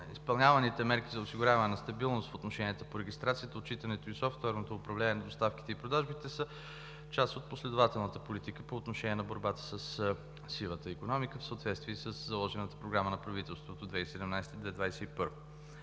изпълняваните мерки за осигуряване на стабилност в отношенията по регистрацията, отчитането и софтуерното управление на доставките и продажбите са част от последователната политика по отношение на борбата със сивата икономика в съответствие със заложената програма на правителството 2017 – 2021